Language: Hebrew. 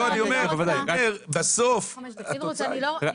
לא, אבל אני אומר שבסוף התוצאה היא.